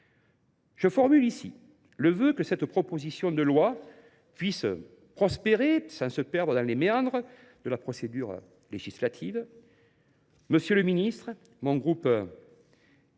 Je forme ici le vœu que cette proposition de loi prospère sans se perdre dans les méandres de la procédure législative. Monsieur le secrétaire